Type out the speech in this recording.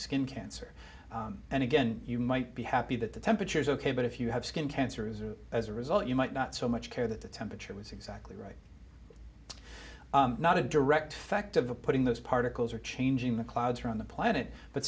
skin cancer and again you might be happy that the temperature is ok but if you have skin cancer as a result you might not so much care that the temperature was exactly right not a direct effect of putting those particles or changing the clouds around the planet but